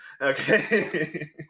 okay